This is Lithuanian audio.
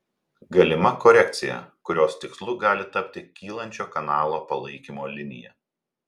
galima korekcija kurios tikslu gali tapti kylančio kanalo palaikymo linija